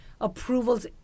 approvals